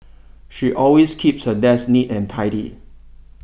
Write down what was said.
she always keeps her desk neat and tidy